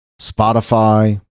Spotify